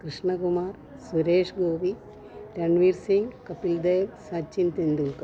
Krishnakumar Suresh Gopi Ranveer Singh Kapil Dev Sachin Tendulkar